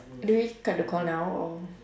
do we cut the call now or